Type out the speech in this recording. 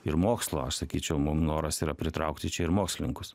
ir mokslo aš sakyčiau mum noras yra pritraukti čia ir mokslininkus